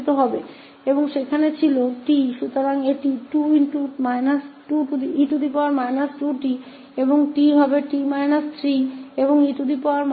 तो यहाँ फलन यह t था इसलिए e 2t तो t t− 3 और e 2 होगा